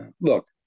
Look